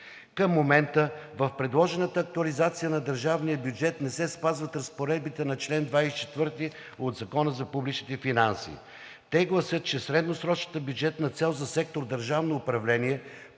Към момента в предложената актуализация на държавния бюджет не се спазват разпоредбите на чл. 24 от Закона за публичните финанси. Те гласят, че средносрочната бюджетна цел за сектор „Държавно управление“